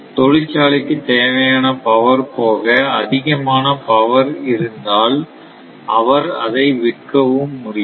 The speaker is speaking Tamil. தொழிற்சாலைக்கு தேவையான பவர் போக அதிகமான பவர் இருந்தால் அவர் அதை விற்கவும் முடியும்